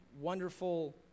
wonderful